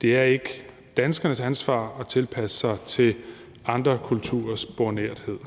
Det er ikke danskernes ansvar at tilpasse sig til andre kulturers bornerthed.